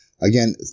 Again